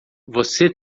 você